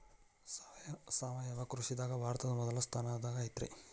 ಸಾವಯವ ಕೃಷಿದಾಗ ಭಾರತ ಮೊದಲ ಸ್ಥಾನದಾಗ ಐತ್ರಿ